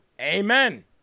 Amen